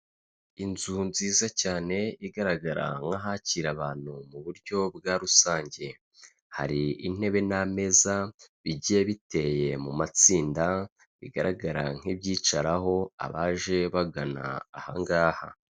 Inzu nziza cyane igaragara nk'ahakira abantu mu buryo bwa rusange, hari intebe n'ameza, bigiye biteye mu matsinda, bigaragara nk'ibyicaraho abaje bagana aha ngaha.